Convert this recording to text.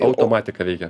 automatika veikia